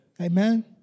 Amen